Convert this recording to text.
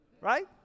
right